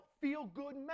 feel-good